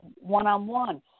one-on-one